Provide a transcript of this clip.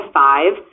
five